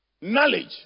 knowledge